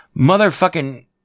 motherfucking